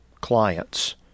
clients